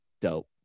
dope